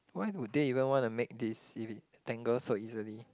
why would they even want to make this if it tangle so easily